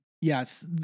yes